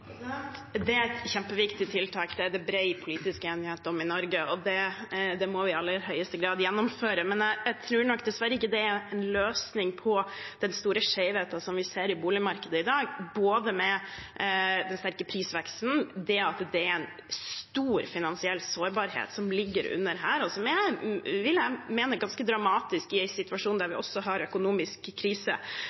Det er et kjempeviktig tiltak. Det er det bred politisk enighet om i Norge, og det må vi i aller høyeste grad gjennomføre. Men jeg tror dessverre ikke det er en løsning på den store skjevheten vi ser i boligmarkedet i dag – verken den sterke prisveksten eller det at det er en stor finansiell sårbarhet som ligger under her, og som jeg vil mene er ganske dramatisk i en situasjon der vi også har økonomisk krise.